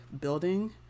building